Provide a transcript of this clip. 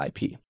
IP